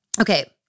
Okay